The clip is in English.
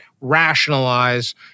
rationalize